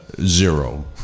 Zero